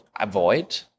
avoid